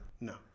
No